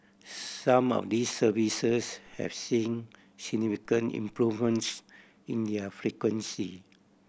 some of these services have seen significant improvements in their frequency